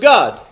God